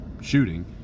shooting